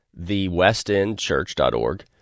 thewestendchurch.org